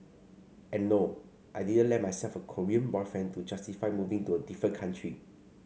and no I didn't land myself a Korean boyfriend to justify moving to a different country